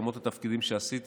למרות התפקידים שעשיתי,